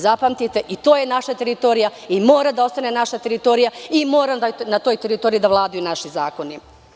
Zapamtite, i to je naša teritorija i mora da ostane naša teritorija i mora na toj teritoriji da vladaju naši zakoni.